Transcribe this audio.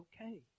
okay